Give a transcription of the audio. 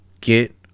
get